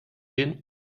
gehen